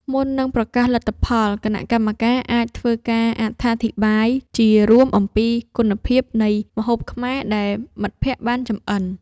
មុននឹងប្រកាសលទ្ធផល គណៈកម្មការអាចធ្វើការអត្ថាធិប្បាយជារួមអំពីគុណភាពនៃម្ហូបខ្មែរដែលមិត្តភក្តិបានចម្អិន។